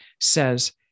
says